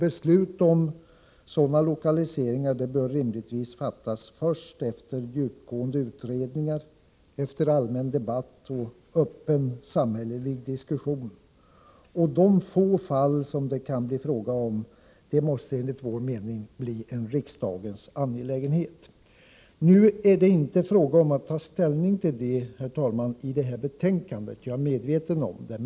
Beslut om sådana lokaliseringar bör rimligtvis fattas först efter djupgående utredningar, efter allmän debatt och efter öppen samhällelig diskussion. De få fall som det kan bli fråga om måste enligt vår mening bli en riksdagens angelägenhet. Herr talman! Nu är det inte fråga om att ta ställning till detta vid behandlingen av detta betänkande — jag är medveten om det.